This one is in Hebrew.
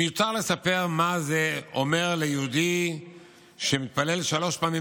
מיותר לספר מה זה אומר ליהודי שמתפלל שלוש פעמים